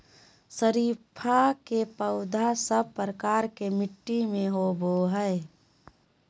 शरीफा के पौधा सब प्रकार के मिट्टी में होवअ हई